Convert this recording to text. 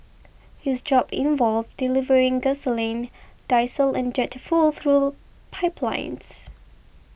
his job involved delivering gasoline diesel and jet fuel through pipelines